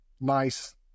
nice